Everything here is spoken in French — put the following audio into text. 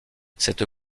cette